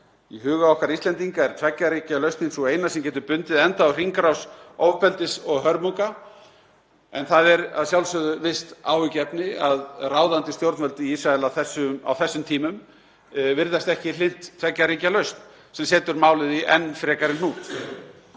Í huga okkar Íslendinga er tveggja ríkja lausnin sú eina sem getur bundið enda á hringrás ofbeldis og hörmunga. En það er að sjálfsögðu visst áhyggjuefni að ráðandi stjórnvöld í Ísrael á þessum tímum virðast ekki hlynnt tveggja ríkja lausn sem setur málið í enn frekari hnút.